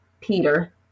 Peter